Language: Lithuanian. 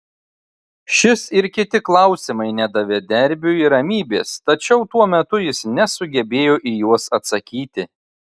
šis ir kiti klausimai nedavė derbiui ramybės tačiau tuo metu jis nesugebėjo į juos atsakyti